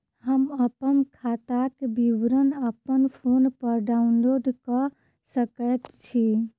हम अप्पन खाताक विवरण अप्पन फोन पर डाउनलोड कऽ सकैत छी?